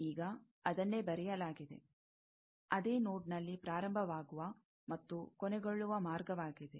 ಈಗ ಅದನ್ನೇ ಬರೆಯಲಾಗಿದೆ ಅದೇ ನೋಡ್ನಲ್ಲಿ ಪ್ರಾರಂಭವಾಗುವ ಮತ್ತು ಕೊನೆಗೊಳ್ಳುವ ಮಾರ್ಗವಾಗಿದೆ